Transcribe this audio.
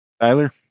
Tyler